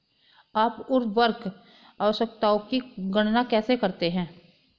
आप उर्वरक आवश्यकताओं की गणना कैसे करते हैं?